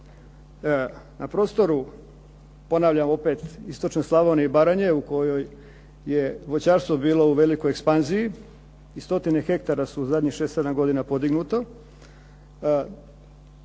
Na prostoru, ponavljam opet, istočne Slavonije i Baranje, u kojoj je voćarstvo bilo u velikoj ekspanziji i stotine hektara su u zadnjih šest, sedam godina podignuto